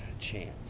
chance